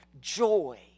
joy